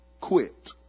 quit